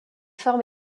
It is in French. forme